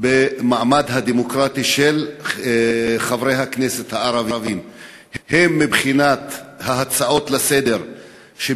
במעמד הדמוקרטי של חברי הכנסת הערבים מבחינת ההצעות לסדר-היום,